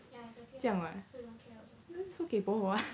yeah exactly ah so he don't care also